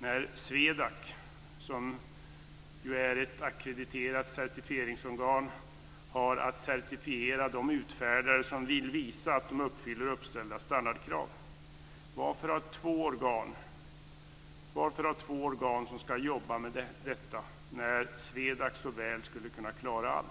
när SWEDAC som ackrediterat certifieringsorgan har att certifiera de utfärdare som vill visa att de uppfyller uppställda standardkrav. Varför ha två organ som ska jobba med detta när SWEDAC så väl skulle kunna klara allt?